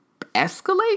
escalate